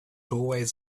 always